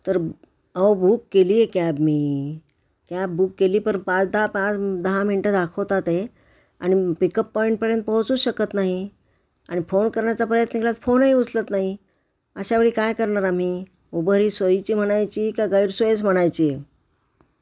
तर अहो बुक केली आहे कॅब मी कॅब बुक केली पर पाच दहा पाच दहा मिनटं दाखवता ते आणि पिकअप पॉईंटपर्यंत पोहोचूच शकत नाही आणि फोन करण्याचा प्रयत्न केला तर फोनही उचलत नाही अशा वेळी काय करणार आम्ही उबर ही सोयीची म्हणायची का गैरसोयच म्हणायची